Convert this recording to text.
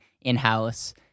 in-house